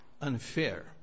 unfair